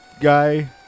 guy